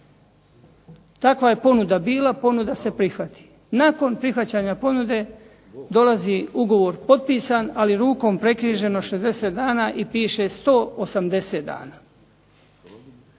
Takva je ponuda bila, ponuda se prihvati. Nakon prihvaćanja ponude dolazi ugovor potpisan ali rukom prekriženo 60 dana i piše 180 dana.